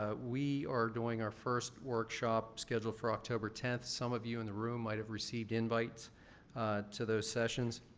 ah we are doing our first workshop scheduled for october tenth. some of you in the room might have received invites to those sessions.